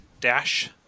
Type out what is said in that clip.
dash